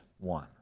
one